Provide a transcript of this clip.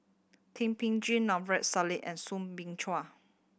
Thum Ping Tjin Maarof Salleh and Soo Bin Chua